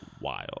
wild